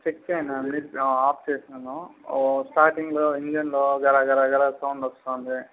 check చేయండి అన్నిటిని off చేసాను స్టార్టింగ్లో ఇంజన్లో గరగరగర సౌండ్ వస్తుంది